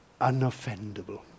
unoffendable